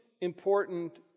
important